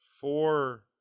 four